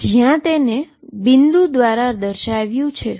જ્યાં તેને ડોટ દ્વારા દર્શાવ્યું છે